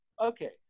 Okay